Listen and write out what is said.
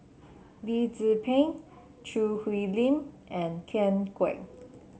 Lee Tzu Pheng Choo Hwee Lim and Ken Kwek